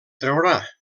traurà